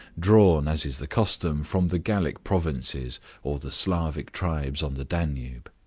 drawn, as is the custom, from the gallic provinces or the slavic tribes on the danube.